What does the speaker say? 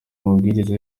mabwiriza